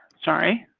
sorry?